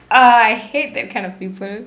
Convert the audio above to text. ah I hate that kind of people